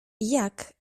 jak